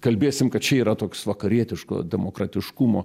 kalbėsim kad čia yra toks vakarietiško demokratiškumo